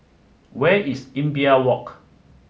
where is Imbiah Walk